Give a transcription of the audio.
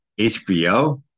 HBO